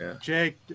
Jake